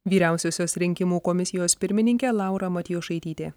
vyriausiosios rinkimų komisijos pirmininkė laura matjošaitytė